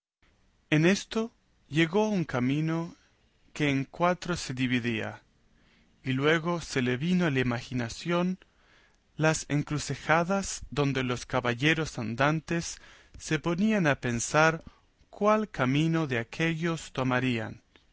en esto llegó a un camino que en cuatro se dividía y luego se le vino a la imaginación las encrucejadas donde los caballeros andantes se ponían a pensar cuál camino de aquéllos tomarían